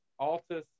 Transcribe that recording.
Altus